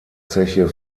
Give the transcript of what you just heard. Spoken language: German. zeche